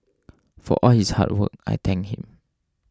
for all his hard work I thank him